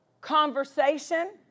conversation